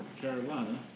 Carolina